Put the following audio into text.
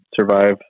survive